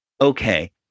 okay